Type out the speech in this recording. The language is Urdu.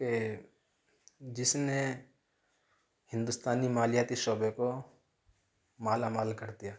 کہ جس نے ہندوستانی مالیاتی شعبے کو مالامال کر دیا